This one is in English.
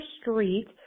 street